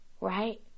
Right